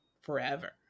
forever